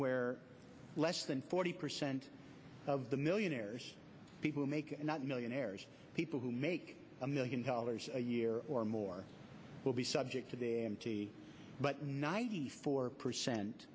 where less than forty percent of the millionaires people not millionaires people who make a million dollars a year or more will be subject to the empty but ninety four percent